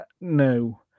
No